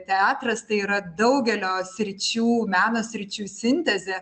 teatras tai yra daugelio sričių meno sričių sintezė